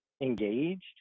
engaged